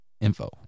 Info